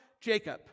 Jacob